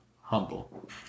humble